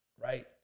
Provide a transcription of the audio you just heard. Right